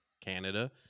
Canada